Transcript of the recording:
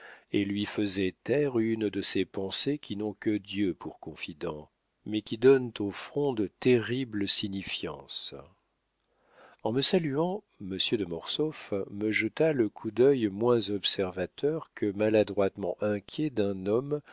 et lui faisait taire une de ces pensées qui n'ont que dieu pour confident mais qui donnent au front de terribles signifiances en me saluant monsieur de mortsauf me jeta le coup d'œil moins observateur que maladroitement inquiet d'un homme